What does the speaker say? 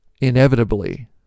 inevitably